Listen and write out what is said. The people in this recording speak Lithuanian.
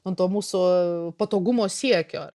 nuo to mūsų patogumo siekio